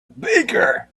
baker